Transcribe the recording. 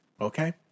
okay